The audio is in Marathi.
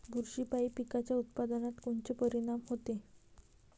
बुरशीपायी पिकाच्या उत्पादनात कोनचे परीनाम होते?